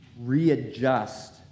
readjust